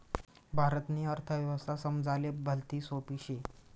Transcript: भारतनी अर्थव्यवस्था समजाले भलती सोपी शे